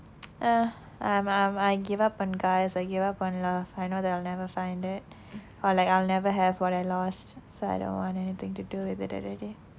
eh I am I am I gave up on guys I gave up on love I know that I'll never find it or like I'll never have what I lost so I don't want anything to do with it already